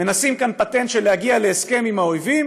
מנסים כאן פטנט של להגיע להסכם עם האויבים